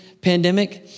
pandemic